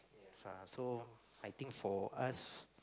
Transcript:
uh so I think for us